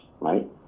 right